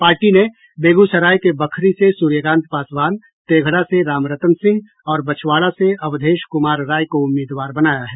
party ने बेगूसराय के बखरी से सूर्यकांत पासवान तेघड़ा से राम रतन सिंह और बछवाड़ा से अवधेश कुमार राय को उम्मीदवार बनाया है